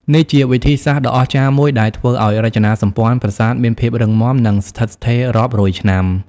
នេះជាវិធីសាស្ត្រដ៏អស្ចារ្យមួយដែលធ្វើឱ្យរចនាសម្ព័ន្ធប្រាសាទមានភាពរឹងមាំ និងស្ថិតស្ថេររាប់រយឆ្នាំ។